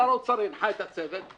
שר האוצר הנחה את הצוות,